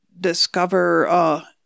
discover